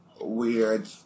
Weird